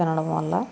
తినడం వల్ల